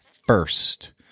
first